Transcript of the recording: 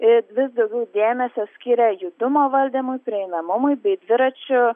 ir vis daugiau dėmesio skiria judumo valdymo prieinamumui bei dviračių